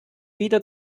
wieder